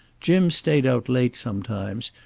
jim stayed out late sometimes,